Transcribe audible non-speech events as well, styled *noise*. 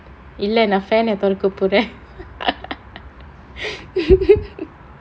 இல்ல நான்:illa naan fan ah தொறக்க போறேன்:thorakka poraen *laughs*